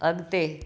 अगि॒ते